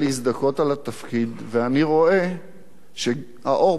ואני רואה שהאור בחדר של גדעון דולק.